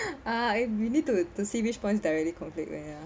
uh I we need to to see which point that really conflict [one] ya